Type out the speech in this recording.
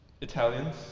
Italians